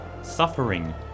Suffering